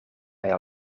mij